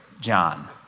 John